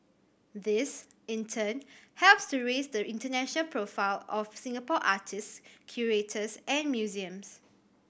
this in turn helps to raise the international profile of Singapore artist curators and museums